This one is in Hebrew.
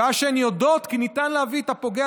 שעה שהן יודעות כי ניתן להביא את הפוגע